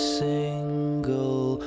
single